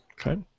Okay